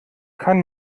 kann